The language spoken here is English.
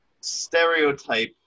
stereotype